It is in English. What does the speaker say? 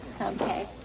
Okay